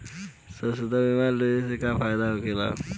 स्वास्थ्य बीमा लेहले से का फायदा होला?